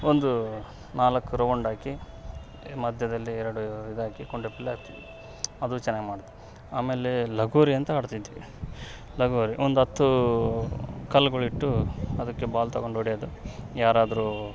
ಒಂದು ನಾಲ್ಕು ರೌಂಡ್ ಹಾಕಿ ಮಧ್ಯದಲ್ಲಿ ಎರಡು ಇದು ಹಾಕಿ ಕುಂಟೆಪಿಲ್ಲೆ ಆಡ್ತಿದ್ವಿ ಅದು ಚೆನ್ನಾಗ್ ಮಾಡ್ತ ಆಮೇಲೆ ಲಗೋರಿ ಅಂತ ಆಡ್ತಿದ್ವಿ ಲಗೋರಿ ಒಂದು ಹತ್ತು ಕಲ್ಗಳು ಇಟ್ಟು ಅದಕ್ಕೆ ಬಾಲ್ ತಗೊಂಡು ಹೊಡ್ಯೋದು ಯಾರಾದರು